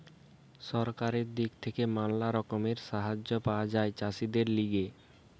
সরকারের দিক থেকে ম্যালা রকমের সাহায্য পাওয়া যায় চাষীদের লিগে